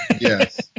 yes